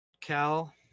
Cal